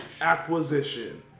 acquisition